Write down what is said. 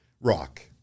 rock